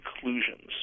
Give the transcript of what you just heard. conclusions